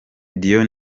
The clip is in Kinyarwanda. dion